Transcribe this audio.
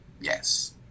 Yes